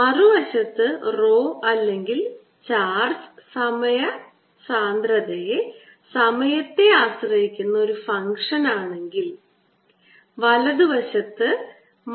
മറുവശത്ത് rho അല്ലെങ്കിൽ charge സാന്ദ്രത സമയത്തെ ആശ്രയിക്കുന്ന ഒരു ഫംഗ്ഷൻ ആണെങ്കിൽ വലത് വശത്ത്